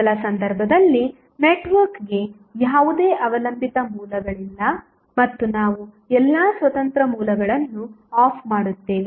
ಮೊದಲ ಸಂದರ್ಭದಲ್ಲಿ ನೆಟ್ವರ್ಕ್ಗೆ ಯಾವುದೇ ಅವಲಂಬಿತ ಮೂಲಗಳಿಲ್ಲ ಮತ್ತು ನಾವು ಎಲ್ಲಾ ಸ್ವತಂತ್ರ ಮೂಲಗಳನ್ನು ಆಫ್ ಮಾಡುತ್ತೇವೆ